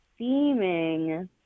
theming